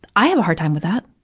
i have a hard time with that,